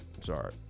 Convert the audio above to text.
Sorry